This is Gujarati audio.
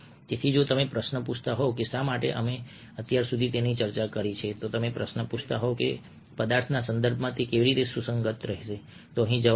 તેથી જો તમે પ્રશ્ન પૂછતા હોવ કે શા માટે અમે અત્યાર સુધી તેની ચર્ચા કરી છે જો તમે પ્રશ્ન પૂછતા હોવ કે પદાર્થના સંદર્ભમાં તે કેવી રીતે સુસંગત રહેશે તો અહીં જવાબ છે